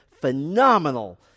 phenomenal